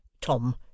Tom